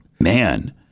Man